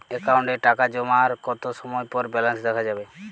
অ্যাকাউন্টে টাকা জমার কতো সময় পর ব্যালেন্স দেখা যাবে?